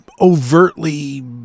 overtly